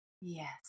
Yes